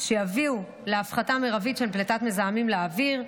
שיביאו להפחתה מרבית של פליטת מזהמים לאוויר.